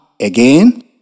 Again